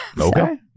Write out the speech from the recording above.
Okay